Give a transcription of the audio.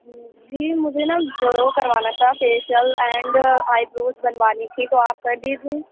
جی مجھے نا وہ کروانا تھا فیشیل اینڈ آئی بروز بنوانی تھی تو آپ کر دیجیے